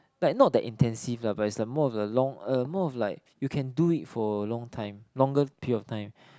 like not the intensive lah but is the more of the long uh more of like you can do it for a long time longer period of time